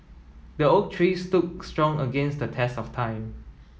the oak tree stood strong against the test of time